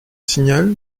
signal